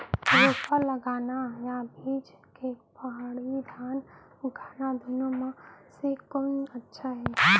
रोपा लगाना या बीज से पड़ही धान उगाना दुनो म से कोन अच्छा हे?